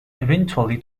eventually